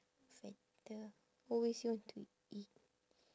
fatter always he want to eat